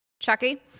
Chucky